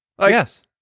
Yes